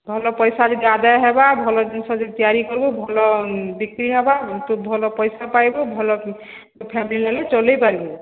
ଭଲ ପଇସା ଯଦି ଆଦାୟ ହେବା ଭଲ ଜିନିଷ ଯଦି ତିଆରି କରିବୁ ଭଲ ବିକ୍ରି ହେବା ତୁ ଭଲ ପଇସା ପାଇବୁ ଭଲ ଫ୍ୟାମିଲି ନେଲେ ଚଲେଇପାରିବୁ